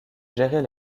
gérer